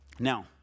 Now